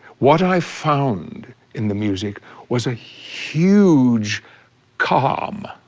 what i found in the music was a huge calm.